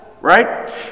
right